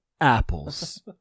Apples